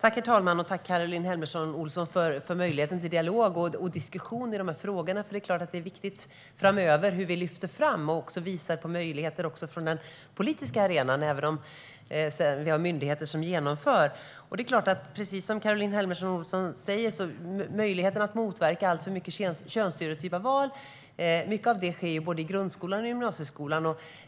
Herr talman! Jag tackar Caroline Helmersson Olsson för möjligheten till dialog och diskussion i dessa frågor. Det är viktigt att vi framöver lyfter fram detta och visar på möjligheter också från den politiska arenan, även om det är myndigheter som genomför. Precis som Caroline Helmersson Olsson säger är det i grundskolan och gymnasieskolan som möjligheten att motverka alltför mycket könsstereotypa val